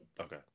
Okay